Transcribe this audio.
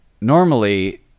normally